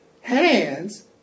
Hands